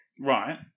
Right